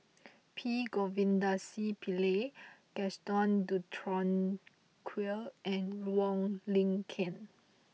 P Govindasamy Pillai Gaston Dutronquoy and Wong Lin Ken